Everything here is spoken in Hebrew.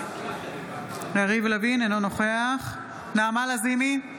אינו נוכח נעמה לזימי,